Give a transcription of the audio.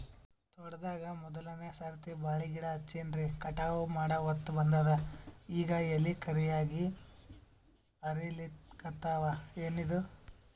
ತೋಟದಾಗ ಮೋದಲನೆ ಸರ್ತಿ ಬಾಳಿ ಗಿಡ ಹಚ್ಚಿನ್ರಿ, ಕಟಾವ ಮಾಡಹೊತ್ತ ಬಂದದ ಈಗ ಎಲಿ ಕರಿಯಾಗಿ ಹರಿಲಿಕತ್ತಾವ, ಏನಿದು?